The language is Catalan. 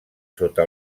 sota